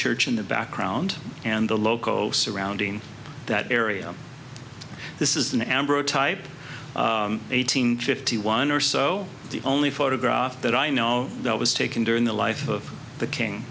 church in the background and the loco surrounding that area this is an amber type eight hundred fifty one or so the only photograph that i know that was taken during the life of the king